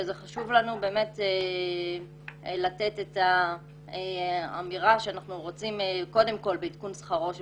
חשוב לנו לתת את האמירה שאנחנו רוצים קודם כל בעדכון שכרו של